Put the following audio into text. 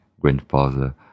grandfather